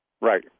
right